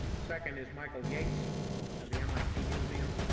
second is michael yates of the mit museum,